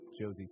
Josie